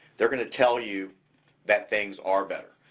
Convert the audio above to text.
they're gonna tell you that things are better,